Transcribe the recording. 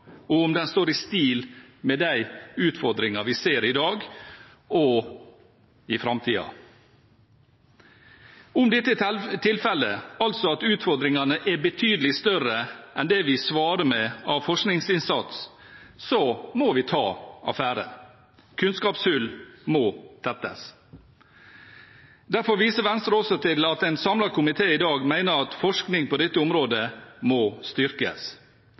og om den står i stil med de utfordringer vi ser i dag og i framtiden. Om dette er tilfellet, altså at utfordringene er betydelig større enn det vi svarer med av forskningsinnsats, må vi ta affære. Kunnskapshull må tettes. Derfor viser Venstre også til at en samlet komité i dag mener at forskning på dette området må styrkes.